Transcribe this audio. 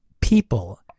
people